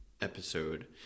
episode